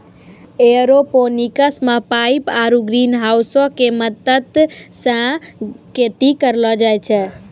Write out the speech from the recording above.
aeroponics मे pipe आरु ग्रीनहाउसो के मदत से खेती करलो जाय छै